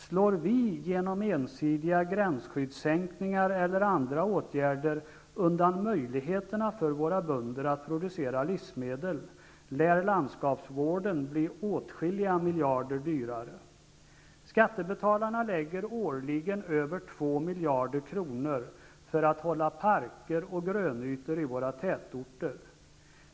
Slår vi genom ensidiga gränsskyddssänkningar eller andra åtgärder undan möjligheterna för våra bönder att producera livsmedel, lär landskapsvården bli åtskilliga miljarder dyrare. Skattebetalarna lägger årligen över 2 miljarder kronor för att hålla parker och grönytor i våra tätorter.